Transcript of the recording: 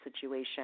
situation